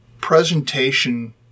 presentation